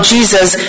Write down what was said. Jesus